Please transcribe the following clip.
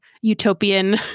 utopian